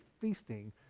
feasting